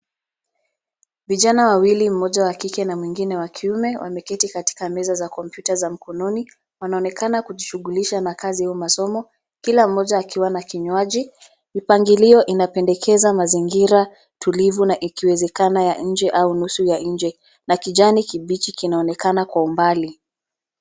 Vijana wawili mmoja wa kike na mwingine wa kiume wameketi katika meza za kompyuta za mkononi, wanaonekana kujishughulisha na kazi ya umasomo kila mmoja akiwa na kinywaji. Mipangilio inapendekeza mazingira tulivu na ikiwezekana ya nje au nusu ya nje na kijani kibichi kinaonekana kwa umbali.